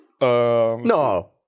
no